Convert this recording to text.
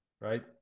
right